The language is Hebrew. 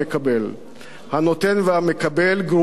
הנותן והמקבל גרועים באותה מידה,